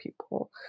people